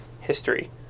history